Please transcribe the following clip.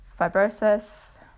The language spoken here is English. fibrosis